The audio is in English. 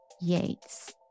Yates